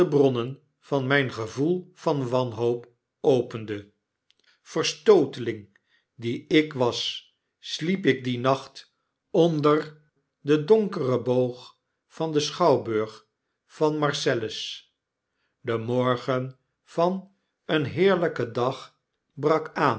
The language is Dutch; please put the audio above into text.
van myn gevoel van wanhoop opende verstooteling die ik was sliep ik dien nacht onder den donkeren boog van denschouwburg van marcellus de morgen van een heerlyken dag brak